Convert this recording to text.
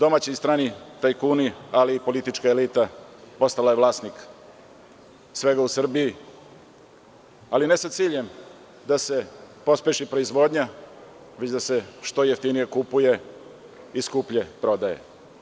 Domaći i strani tajkuni, ali i politička elita postala je vlasnik svega u Srbiji, ali ne sa ciljem da se pospeši proizvodnja, već da se što jeftinije kupuje i skuplje prodaje.